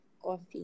Coffee